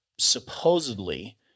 Supposedly